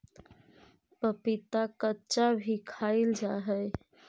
पपीता कच्चा भी खाईल जा हाई हई